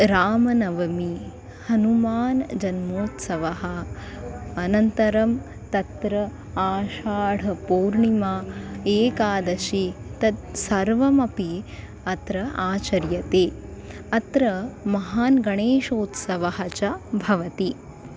रामनवमी हनुमान् जन्मोत्सवः अनन्तरं तत्र आषाढपूर्णिमा एकादशी तत् सर्वमपि अत्र आचर्यते अत्र महान् गणेशोत्सवः च भवति